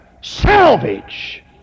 salvage